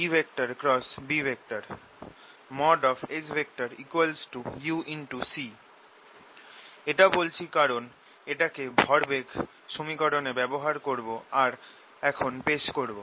S 1µ0EB Suc এটা বলছি কারণ এটাকে ভরবেগ সমীকরণে ব্যবহার করব আর এখন পেশ করব